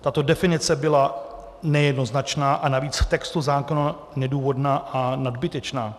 Tato definice byla nejednoznačná a navíc v textu zákona nedůvodná a nadbytečná.